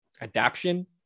adaption